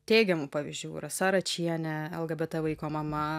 teigiamų pavyzdžių rasa račienė lgbt vaiko mama